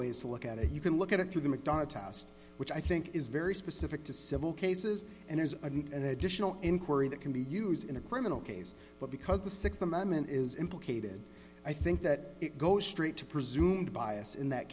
ways to look at it you can look at it through the mcdonogh test which i think is very specific to civil cases and there's an additional inquiry that can be used in a criminal case but because the th amendment is implicated i think that it goes straight to presumed bias in that